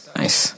nice